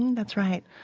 that's right.